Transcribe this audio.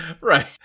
Right